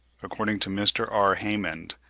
according to mr. r. haymond,